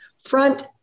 front